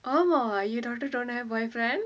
oh your daugther don't have boyfriend